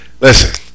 listen